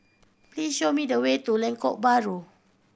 please show me the way to Lengkok Bahru